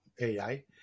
AI